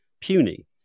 puny